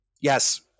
Yes